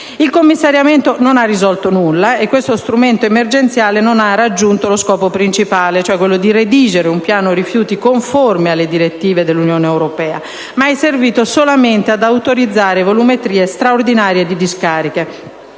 Il commissariamento non ha risolto nulla. Questo strumento emergenziale non ha raggiunto lo scopo principale, quello di redigere un piano rifiuti conforme alle direttive dell'Unione europea, ma è servito solamente ad autorizzare volumetrie straordinarie di discariche: